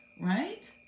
right